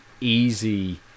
easy